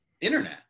internet